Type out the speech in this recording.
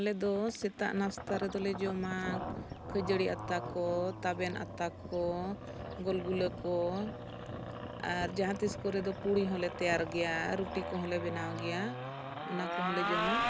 ᱟᱞᱮᱫᱚ ᱥᱮᱛᱟᱜ ᱱᱟᱥᱛᱟ ᱨᱮᱫᱚ ᱞᱮ ᱡᱚᱢᱟ ᱠᱷᱟᱹᱡᱟᱹᱲᱤ ᱟᱛᱟ ᱠᱚ ᱛᱟᱵᱮᱱ ᱟᱛᱟ ᱠᱚ ᱜᱚᱞᱜᱩᱞᱟᱹ ᱠᱚ ᱟᱨ ᱡᱟᱦᱟᱸᱛᱤᱥ ᱠᱚᱨᱮ ᱫᱚ ᱯᱩᱨᱤ ᱦᱚᱸᱞᱮ ᱛᱮᱭᱟᱨ ᱜᱮᱭᱟ ᱨᱩᱴᱤ ᱠᱚᱦᱚᱸᱞᱮ ᱵᱮᱱᱟᱣ ᱜᱮᱭᱟ ᱚᱱᱟ ᱠᱚᱦᱚᱸᱞᱮ ᱡᱚᱢᱟ